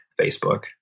Facebook